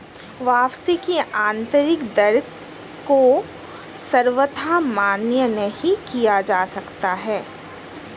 वापसी की आन्तरिक दर को सर्वथा मान्य नहीं किया जा सकता है